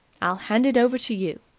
i'll hand it over to you.